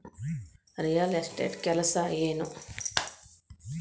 real estate ಕೆಲಸ ಏನು